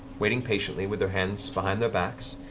waiting patiently with their hands behind their backs,